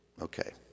Okay